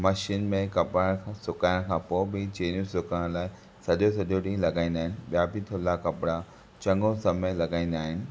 machine में कपड़ा सुकाइण खां पोइ बि सुकाइण लाइ सॼो सॼो ॾीहुं लॻाईंदा आहिनि थुला कपड़ा चङो समय लॻाइंदा आहिनि